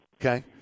Okay